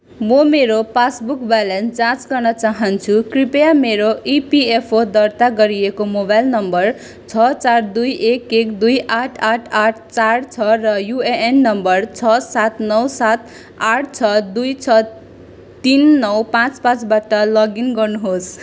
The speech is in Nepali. म मेरो पासबुक ब्यालेन्स जाँच गर्न चाहन्छु कृपया मेरो इपिएफओ दर्ता गरिएको मोबाइल नम्बर छ चार दुई एक एक दुई आठ आठ आठ चार छ र युएएन नम्बर छ सात नौ सात आठ छ दुई छ तिन नौ पाँच पाँच बाट लगइन गर्नुहोस्